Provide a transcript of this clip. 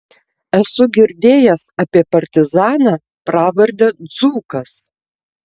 esu girdėjęs apie partizaną pravarde dzūkas